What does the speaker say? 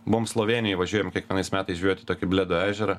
mum slovėnijoj važiuojam kiekvienais metais žvejot į tokį bledo ežerą